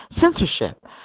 censorship